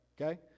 okay